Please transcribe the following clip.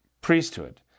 priesthood